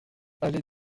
allée